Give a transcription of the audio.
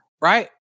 right